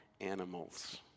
animals